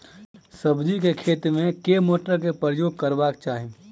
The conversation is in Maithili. सब्जी केँ खेती मे केँ मोटर केँ प्रयोग करबाक चाहि?